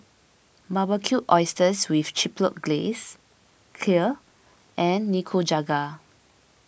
Barbecued Oysters with Chipotle Glaze Kheer and Nikujaga